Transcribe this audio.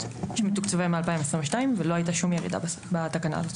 שתוקצבה מ-2022 ולא הייתה שום ירידה בתקנה.